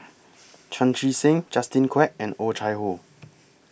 Chan Chee Seng Justin Quek and Oh Chai Hoo